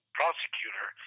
prosecutor